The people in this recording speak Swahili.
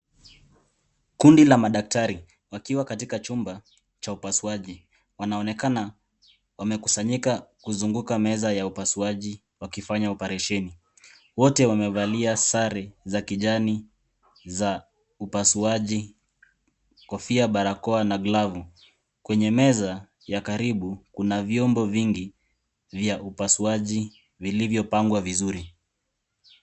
Kundi la madaktari wakiwa katika chumba cha upasuaji. Wanaonekana wamekusanyika kuzunguka meza ya upasuaji wakifanya oparesheni. Wote wamevalia sare za kijani za upasuaji, kofia, barakoa na glavu. Kwenye meza ya karibu kuna vyombo vingi vya upasuaji vilivyopangwa vizuri.